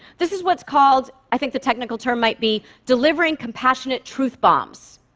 this is what's called i think the technical term might be delivering compassionate truth bombs.